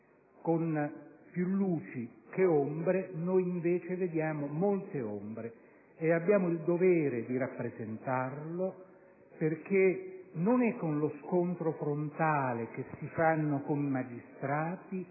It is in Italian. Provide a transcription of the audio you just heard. con più luci che ombre, e noi, che invece vediamo molte più ombre, abbiamo il dovere di rappresentarlo, perché non è con lo scontro frontale con i magistrati,